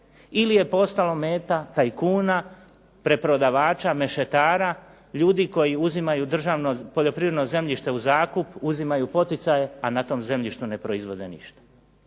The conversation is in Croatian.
ili je postalo meta tajkuna, preprodavača, mešetara, ljudi koji imaju državno poljoprivredno zemljište u zakup, uzimaju poticaje, a na tom zemljištu ne proizvode ništa.